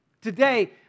Today